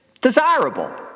desirable